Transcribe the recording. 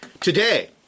Today